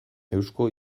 eusko